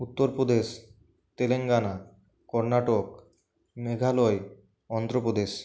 Uttar Pradesh Telangana Karnataka Meghalaya Andhra Pradesh